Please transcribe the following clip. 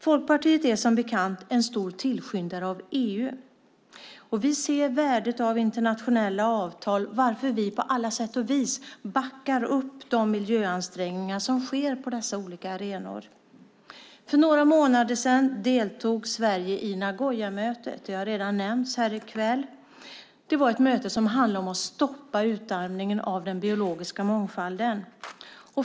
Folkpartiet är som bekant en stor tillskyndare av EU. Vi ser värdet av internationella avtal, och därför backar vi på alla sätt och vis upp de miljöansträngningar som sker på dessa olika arenor. För några månader deltog Sverige i Nagoyamötet, vilket redan nämnts här i kväll. Mötet handlade om att stoppa utarmningen av den biologiska mångfalden.